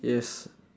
yes